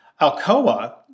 Alcoa